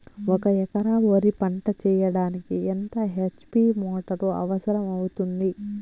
ఒక ఎకరా వరి పంట చెయ్యడానికి ఎంత హెచ్.పి మోటారు అవసరం అవుతుంది?